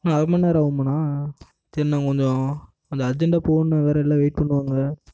இன்னும் அரைமணி நேரம் ஆகுமாண்ணா சரிண்ண கொஞ்சம் அங்கே அர்ஜெண்டாக போகணும் வேற எல்லாம் வெயிட் பண்ணுவாங்க